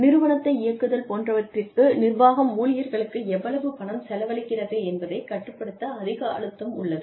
நிறுவனத்தை இயக்குதல் போன்றவற்றிற்கு நிர்வாகம் ஊழியர்களுக்கு எவ்வளவு பணம் செலவழிக்கிறது என்பதைக் கட்டுப்படுத்த அதிக அழுத்தம் உள்ளது